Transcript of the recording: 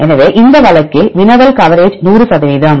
எனவே இந்த வழக்கில் வினவல் கவரேஜ் 100 சதவீதம்